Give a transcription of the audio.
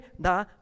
da